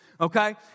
okay